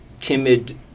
timid